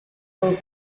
con